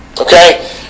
okay